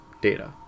data